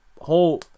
whole